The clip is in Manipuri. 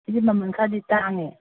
ꯁꯤꯗꯤ ꯃꯃꯟ ꯈꯔꯗꯤ ꯇꯥꯡꯉꯦ